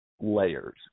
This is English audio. layers